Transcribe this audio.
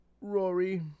Rory